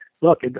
look